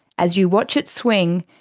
as you watch it swing,